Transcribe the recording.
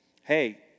Hey